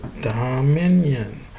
Dominion